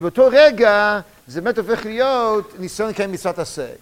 באותו רגע זה באמת הופך להיות ניסיון לקיים מצוות עשה.